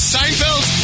Seinfeld